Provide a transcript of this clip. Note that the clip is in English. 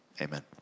amen